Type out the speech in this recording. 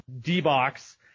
D-Box